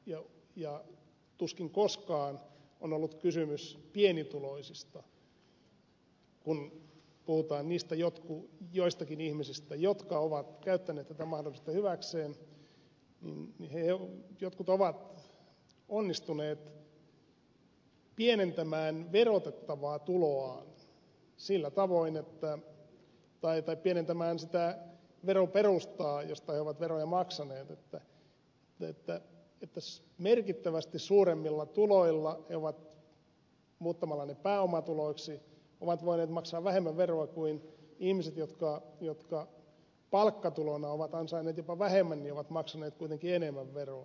jotkut ja tuskin koskaan on ollut kysymys pienituloisista kun puhutaan niistä joistakin ihmisistä jotka ovat käyttäneet tätä mahdollisuutta hyväkseen ovat onnistuneet pienentämään verotettavaa tuloaan tai pienentämään sitä veroperustaa josta he ovat veroja maksaneet sillä tavoin että merkittävästi suuremmilla tuloilla he ovat muuttamalla ne pääomatuloiksi voineet maksaa vähemmän veroa kuin ihmiset jotka palkkatulona ovat ansainneet jopa vähemmän mutta ovat maksaneet kuitenkin enemmän veroa